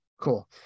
Cool